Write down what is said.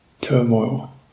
turmoil